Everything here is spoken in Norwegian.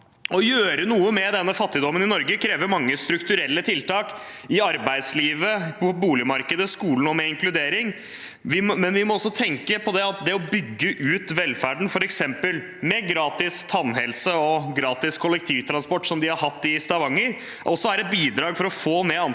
Å gjøre noe med denne fattigdommen i Norge krever mange strukturelle tiltak i arbeidslivet, på boligmarkedet, i skolen og med inkludering. Samtidig må vi også tenke på at det å bygge ut velferden, f.eks. med gratis tannhelse og gratis kollektivtransport, som de har hatt i Stavanger, også er et bidrag for å få ned antallet